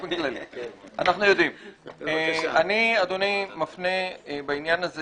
אני, אדוני, מפנה בעניין הזה